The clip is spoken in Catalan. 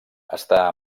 està